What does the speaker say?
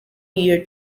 year